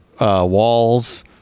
walls